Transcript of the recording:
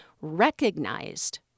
recognized